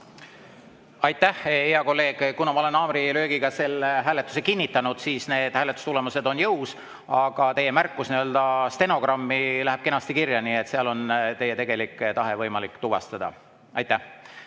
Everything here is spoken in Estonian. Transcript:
Aitäh, hea kolleeg! Kuna ma olen haamrilöögiga selle hääletuse kinnitanud, siis need hääletustulemused on jõus. Aga teie märkus läheb stenogrammi kenasti kirja, nii et seal on teie tegelik tahe võimalik tuvastada. Aitäh! Nüüd